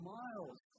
miles